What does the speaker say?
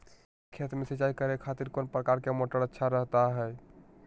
खेत में सिंचाई करे खातिर कौन प्रकार के मोटर अच्छा रहता हय?